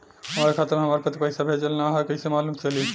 हमरा खाता में हमर पति पइसा भेजल न ह त कइसे मालूम चलि?